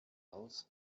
aus